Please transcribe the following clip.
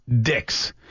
dicks